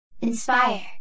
Inspire